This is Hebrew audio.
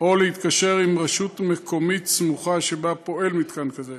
או להתקשר עם רשות מקומית סמוכה שבה פועל מתקן כזה,